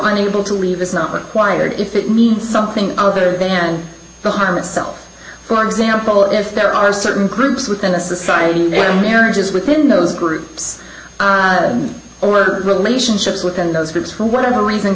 on a bill to leave is not required if it means something other than the harm itself for example if there are certain groups within the society where marriages within those groups or relationships within those groups for whatever reason